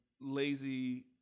lazy